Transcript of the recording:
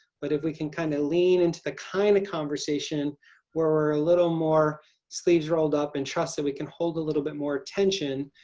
but if we can kind of lean into the kind of conversation where we're a little more sleeves rolled up and trust that we can hold a little bit more tension.